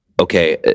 okay